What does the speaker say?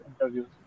interviews